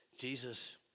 Jesus